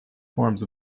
forms